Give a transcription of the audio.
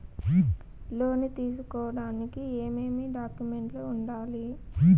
లోను తీసుకోడానికి ఏమేమి డాక్యుమెంట్లు ఉండాలి